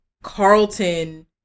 Carlton